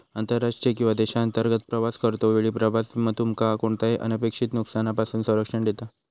आंतरराष्ट्रीय किंवा देशांतर्गत प्रवास करतो वेळी प्रवास विमो तुमका कोणताही अनपेक्षित नुकसानापासून संरक्षण देता